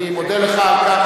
אני מודה לך על כך,